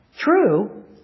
True